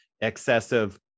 excessive